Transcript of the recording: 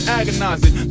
agonizing